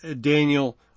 Daniel